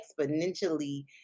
exponentially